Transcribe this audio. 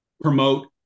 promote